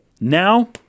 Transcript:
now